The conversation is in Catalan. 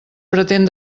pretén